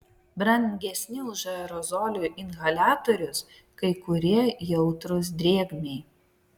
brangesni už aerozolių inhaliatorius kai kurie jautrūs drėgmei